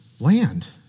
land